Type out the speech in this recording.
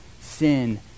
sin